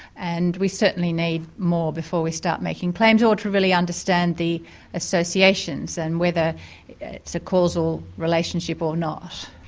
and we certainly need more before we start making claims or to really understand the associations and whether it's a causal relationship or not.